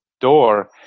door